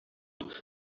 and